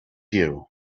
you